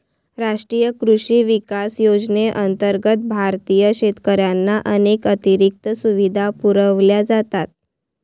राष्ट्रीय कृषी विकास योजनेअंतर्गत भारतीय शेतकऱ्यांना अनेक अतिरिक्त सुविधा पुरवल्या जातात